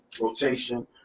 rotation